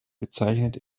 bezeichnet